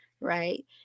right